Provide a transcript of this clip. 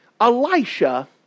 Elisha